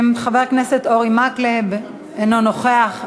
חבר הכנסת אורי מקלב, אינו נוכח.